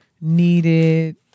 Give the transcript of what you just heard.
needed